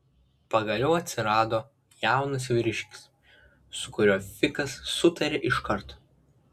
pagaliau atsirado jaunas vyriškis su kuriuo fikas sutarė iš karto